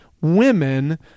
women